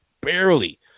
Barely